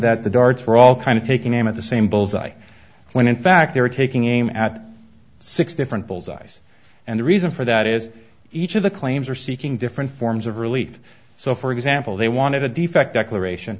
that the darts were all kind of taking aim at the same bull's eye when in fact they're taking aim at six different bull's eyes and the reason for that is each of the claims are seeking different forms of relief so for example they wanted a defect declaration